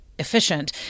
Efficient